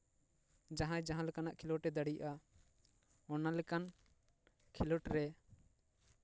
ᱡᱟᱦᱟᱸᱭ ᱡᱟᱦᱟᱸ ᱞᱮᱠᱟᱱᱟᱜ ᱠᱷᱮᱞᱳᱰᱮ ᱫᱟᱲᱮᱭᱟᱜᱼᱟ ᱚᱱᱟ ᱞᱮᱠᱟᱱ ᱠᱷᱮᱞᱳᱰ ᱨᱮ